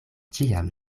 ĉiam